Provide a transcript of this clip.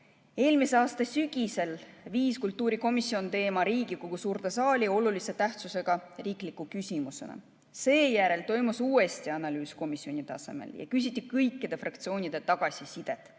Eelmise aasta sügisel viis kultuurikomisjon teema Riigikogu suurde saali olulise tähtsusega riikliku küsimusena. Seejärel toimus uuesti analüüs komisjoni tasemel ja küsiti kõikidelt fraktsioonidelt tagasisidet.